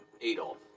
Adolf